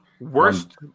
worst